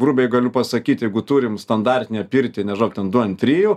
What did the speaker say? grubiai galiu pasakyt jeigu turim standartinę pirtį nežinau ten du ant trijų